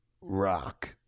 rock